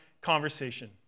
conversation